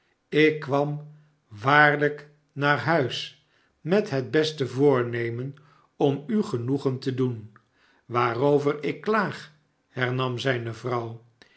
ik kwam waarlijk naar huis met het beste voornemen om u genoegen te doen waarover ik klaag hernam zijne